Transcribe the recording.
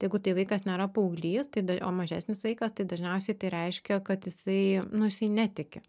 jeigu tai vaikas nėra paauglys tai da o mažesnis vaikas tai dažniausiai tai reiškia kad jisai nu jisai netiki